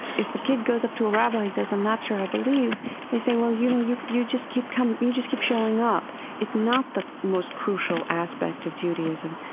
if a kid goes up to a rabbi and says, i'm not sure i believe they say, well, you know, you you just keep you just keep showing up it's not the most crucial aspect of judaism.